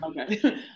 okay